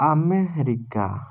America